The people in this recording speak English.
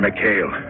McHale